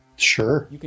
Sure